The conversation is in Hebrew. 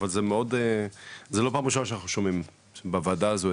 אבל זה לא פעם ראשונה שאנחנו שומעים בוועדה הזו,